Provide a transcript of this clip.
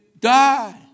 die